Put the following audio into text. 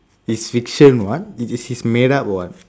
is fiction [what] it it is make up [what]